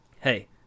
hey